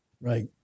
Right